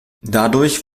dadurch